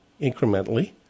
incrementally